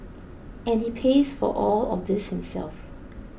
and he pays for all of this himself